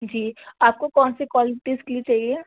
جی آپ کو کون سے کولٹیز کی چاہیے